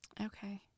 Okay